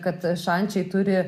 kad šančiai turi